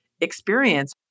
experience